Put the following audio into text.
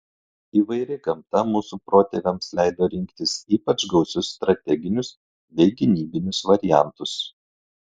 įvairi gamta mūsų protėviams leido rinktis ypač gausius strateginius bei gynybinius variantus